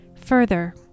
further